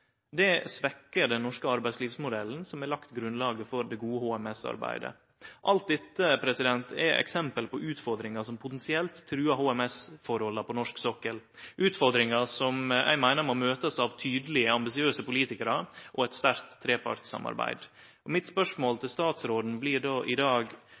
Det svekkjer den norske arbeidslivsmodellen, som har lagt grunnlaget for det gode HMT-arbeidet. Alt dette er eksempel på utfordringar som potensielt truar HMT-forholda på norsk sokkel – utfordringar som eg meiner må møtast av tydelege, ambisiøse politikarar og eit sterkt trepartssamarbeid. Mitt spørsmål til statsråden blir då i dag: